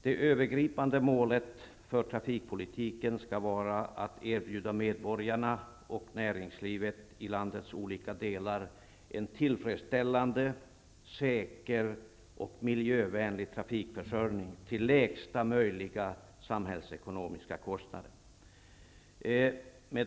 ''Det övergripande målet för trafikpolitiken skall vara att erbjuda medborgarna och näringslivet i landets olika delar en tillfredsställande, säker och miljövänlig trafikförsörjning till lägsta möjliga samhällsekonomiska kostnader.''